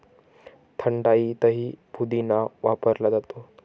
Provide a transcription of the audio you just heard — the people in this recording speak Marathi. थंडाईतही पुदिना वापरला जातो